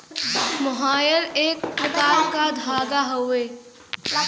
मोहायर एक प्रकार क धागा हउवे